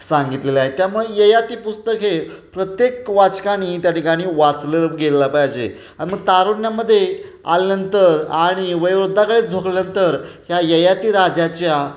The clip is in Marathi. सांगितलेलं आहे त्यामुळे ययाती पुस्तक हे प्रत्येक वाचकाने त्या ठिकाणी वाचलं गेलं पाहिजे आणि मग तारुण्यामध्ये आल्यानंतर आणि वयोवृद्धाकडे झुकल्यानंतर ह्या ययाती राजाच्या